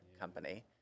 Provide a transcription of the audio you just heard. company